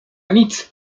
nic